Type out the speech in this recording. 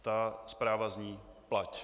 Ta zpráva zní: Plať!